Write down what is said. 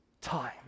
time